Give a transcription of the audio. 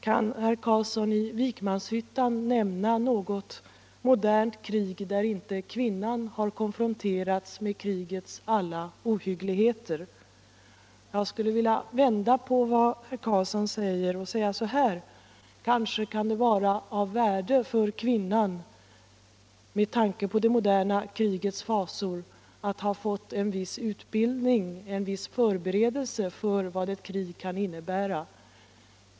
Kan herr Carlsson i Vikmanshyttan nämna något modernt krig där inte kvinnan har konfronterats med krigets alla ohyggligheter? Jag skulle vilja vända på herr Carlssons resonemang och säga så här: Kanske kan det med tanke på det moderna krigets fasor vara av värde för kvinnan att ha fått en viss utbildning, en viss förberedelse för vad ett krig kan innebära.